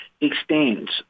extends